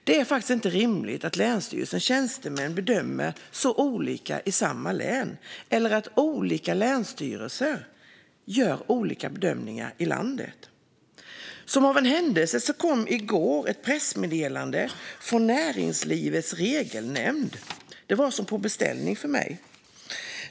Det är inte rimligt att länsstyrelsens tjänstemän bedömer så olika i samma län eller att olika länsstyrelser i landet gör olika bedömningar. Som av en händelse kom i går ett pressmeddelande från Näringslivets Regelnämnd. Det var som på beställning för mig.